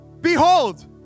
Behold